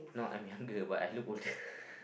no I'm younger but I look older